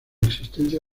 existencia